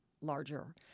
larger